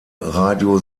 radio